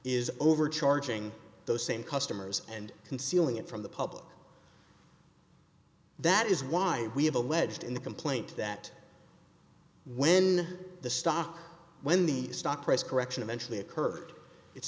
is overcharging those same customers and concealing it from the public that is why we have alleged in the complaint that when the stock when the stock price correction eventually occurred it's